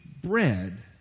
bread